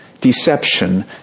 deception